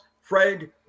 Fred